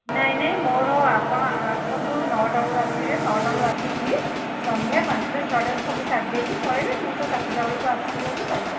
ନାହିଁ ନାହିଁ ମୋର ଆପଣ ଆସନ୍ତୁ ନଅଟା ବେଳୁ ଆସିବେ ନଅଟା ବେଳୁ ଆସିକି ସନ୍ଧ୍ୟା ପାଞ୍ଚଟା ଛଅଟାରେ ସବୁ ସାରିଦେଇକି ପଳାଇବେ ମୁଁ ତ ସାତଟା ବେଳକୁ ଆସୁଛି ଘରୁ ଆଉ